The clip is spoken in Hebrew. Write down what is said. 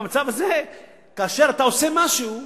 במצב הזה כאשר אתה עושה משהו,